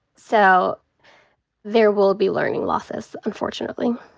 so there will be learning losses unfortunately.